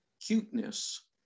cuteness